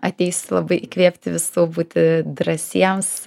ateis labai įkvėpti visų būti drąsiems